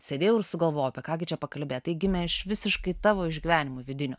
sėdėjau ir sugalvojau apie ką gi čia pakalbėt tai gimė iš visiškai tavo išgyvenimų vidinių